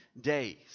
days